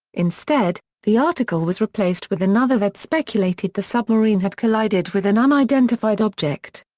instead, the article was replaced with another that speculated the submarine had collided with an unidentified object.